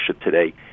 today